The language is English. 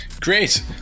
Great